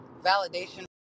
validation